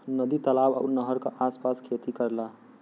नदी तालाब आउर नहर के आस पास खेती करेला